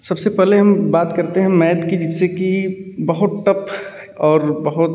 सबसे पहले हम बात करते हैं मैथ की जिससे कि बहुत टफ और बहुत